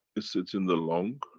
it sits in the lung.